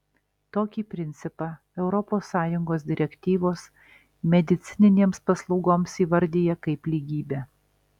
tokį principą europos sąjungos direktyvos medicininėms paslaugoms įvardija kaip lygybę